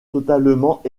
totalement